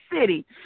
city